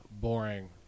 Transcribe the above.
boring